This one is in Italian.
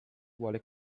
vuole